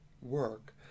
work